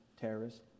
terrorists